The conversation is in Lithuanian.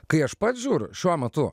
kai aš pats žiūriu šiuo metu